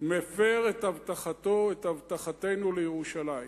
מפר את הבטחתו, את הבטחתנו לירושלים.